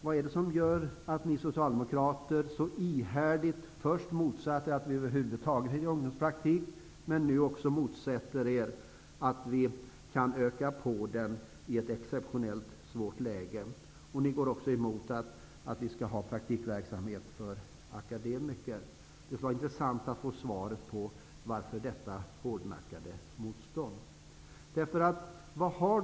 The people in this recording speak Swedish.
Vad är det som gör att ni socialdemokrater så ihärdigt först motsatte er att vi över huvud taget skulle införa ungdomspraktik och nu också motsätter er att vi skall öka denna satsning i ett exeptionellt svårt läge? Ni går emot att vi skall ha praktikverksamhet för akademiker. Det skulle vara intressant att veta varifrån detta hårdnackade motstånd kommer.